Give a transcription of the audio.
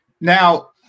Now